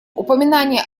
упоминания